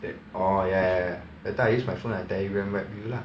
then orh ya ya ya later I use my phone I Telegram web you lah